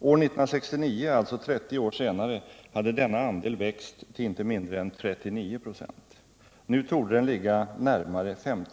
År 1976 — alltså 35 år senare — hade denna andel växt till inte mindre än 40